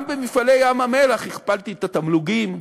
גם ב"מפעלי ים-המלח" הכפלתי את התמלוגים,